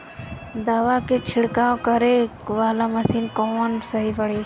दवा के छिड़काव करे वाला मशीन कवन सही पड़ी?